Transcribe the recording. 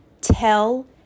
Tell